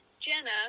Jenna